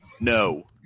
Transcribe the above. no